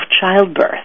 childbirth